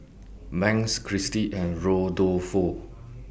Banks Christie and Rodolfo